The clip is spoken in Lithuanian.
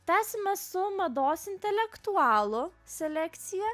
tęsime su mados intelektualų selekcija